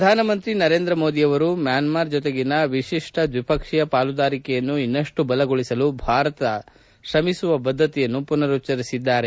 ಪ್ರಧಾನಮಂತ್ರಿ ನರೇಂದ್ರ ಮೋದಿ ಅವರು ಮ್ಯಾನ್ಮಾರ್ ಜೊತೆಗಿನ ವಿಶಿಷ್ಟ ದ್ವಿಪಕ್ಷೀಯ ಪಾಲುದಾರಿಕೆಯನ್ನು ಇನ್ನಷ್ಟು ಬಲಗೊಳಿಸಲು ಭಾರತದ ಶ್ರಮಿಸುವ ಬದ್ದತೆಯನ್ನು ಪುನರುಚ್ಚರಿಸಿದ್ದಾರೆ